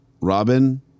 Robin